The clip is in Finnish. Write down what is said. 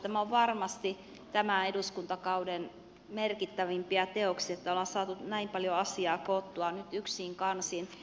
tämä on varmasti tämän eduskuntakauden merkittävimpiä teoksia että ollaan saatu näin paljon asiaa koottua nyt yksiin kansiin